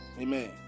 Amen